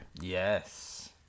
Yes